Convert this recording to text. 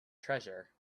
treasure